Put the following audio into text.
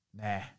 Nah